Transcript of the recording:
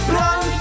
Run